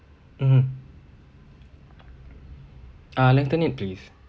mmhmm lengthen it please